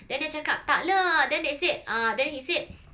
then dia cakap tak lah then they said uh then he said